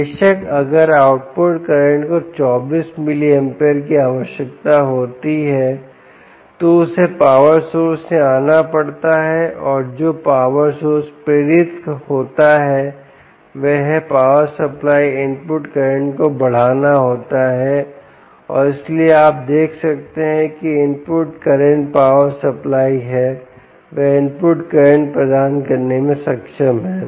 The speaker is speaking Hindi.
बेशक अगर आउटपुट करंट को 24 मिली एम्पीयर की आवश्यकता होती है तो उसे पावर सोर्स से आना पड़ता है और जो पावर सोर्स प्रेरित होता है वह है पावर सप्लाई इनपुट करंट को बढ़ाना होता है और इसलिए आप देख सकते हैं कि इनपुट करंट पावर सप्लाई है वह इनपुट करंट प्रदान करने में सक्षम है